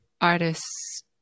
artists